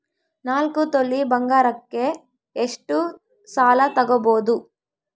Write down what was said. ನಾಲ್ಕು ತೊಲಿ ಬಂಗಾರಕ್ಕೆ ಎಷ್ಟು ಸಾಲ ತಗಬೋದು?